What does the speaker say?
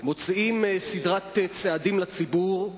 מוציאים סדרת צעדים לציבור,